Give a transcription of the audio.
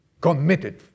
committed